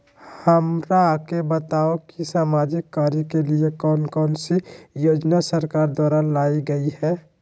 हमरा के बताओ कि सामाजिक कार्य के लिए कौन कौन सी योजना सरकार द्वारा लाई गई है?